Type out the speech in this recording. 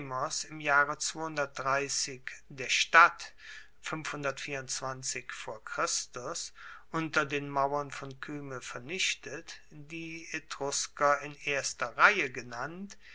im jahre der stadt unter den mauern von kyme vernichtet die etrusker in erster reihe genannt